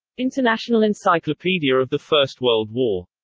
international encyclopedia of the first world war.